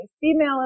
female